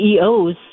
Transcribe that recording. CEOs